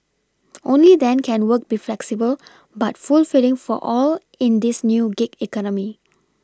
only then can work be flexible but fulfilling for all in this new gig economy